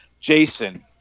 jason